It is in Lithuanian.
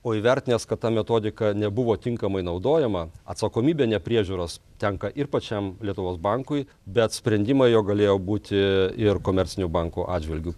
o įvertinęs kad ta metodika nebuvo tinkamai naudojama atsakomybė nepriežiūros tenka ir pačiam lietuvos bankui bet sprendimai jo galėjo būti ir komercinių bankų atžvilgiu